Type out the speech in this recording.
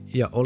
ja